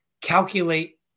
calculate